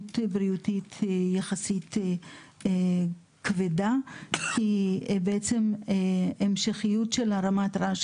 משמעות כבדה יחסית מבחינה בריאותית כי המשכיות של רמת רעש